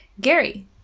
Gary